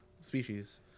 species